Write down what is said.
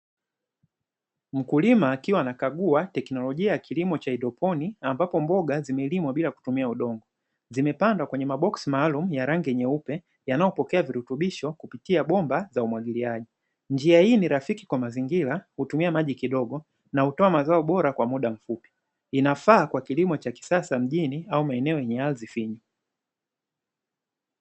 Mkulima akiwa anakagua kilimo cha haidroponi, ambapo mboga zimelimwa bila kutumia udongo, zimepangwa kwenye maboksi maalumu zenye rangi nyeupe yanayopokea virutubisho kupitia bomba la umwagiliaji. Njia hii ni rafiki kwa mazingira, hutumia maji kidogo na inatoa mazao bora kwa muda mfupi, na inafaa kwa kilimo cha kisasa mjini au maeneo yenye ardhi finyu.